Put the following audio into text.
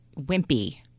wimpy